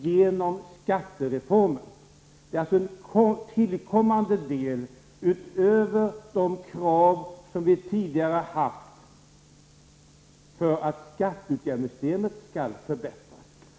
Det är alltså ett krav som tillkommer, utöver de krav som vi tidigare har ställt att skatteutjämningssystemet skall förbättras.